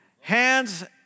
Hands